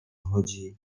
chodzi